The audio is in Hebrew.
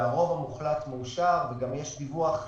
והרוב המוחלט מאושר וגם יש דיווח שיוצא,